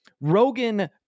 Rogan